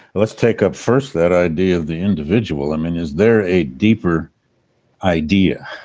let's take up first that idea of the individual. i mean, is there a deeper idea,